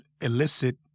illicit